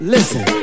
Listen